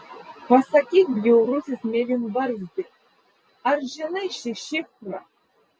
pasakyk bjaurusis mėlynbarzdi ar žinai šį šifrą